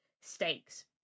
stakes